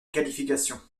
qualifications